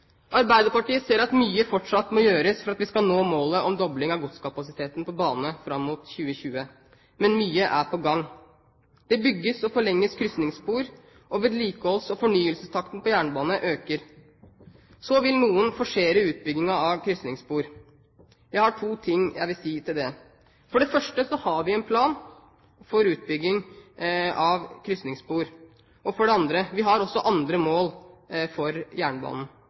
Arbeiderpartiet ser at mye fortsatt må gjøres for at vi skal nå målet om dobling av godskapasiteten på bane fram mot 2020. Men mye er på gang. Det bygges og forlenges krysningsspor, og vedlikeholds- og fornyelsestakten på jernbanen øker. Så vil noen forsere utbyggingen av krysningsspor. Jeg har to ting jeg vil si til det. For det første har vi en plan for utbygging av krysningsspor, og for det andre har vi også andre mål for jernbanen.